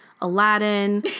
Aladdin